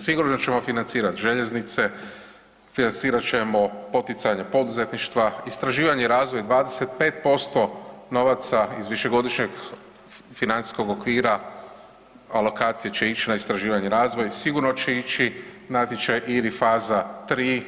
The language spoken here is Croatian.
Sigurno da ćemo financirat željeznice, financirat ćemo poticanje poduzetništva, istraživanje i razvoj 25% novaca iz višegodišnjeg financijskog okvira, alokacije će ić na istraživanje i razvoj, sigurno će ići natječaj ili faza 3